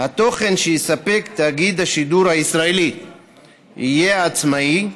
"התוכן שיספק תאגיד השידור הישראלי יהיה עצמאי,